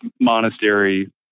monastery